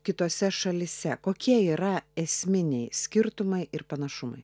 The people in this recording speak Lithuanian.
kitose šalyse kokie yra esminiai skirtumai ir panašumai